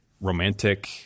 romantic